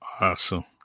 Awesome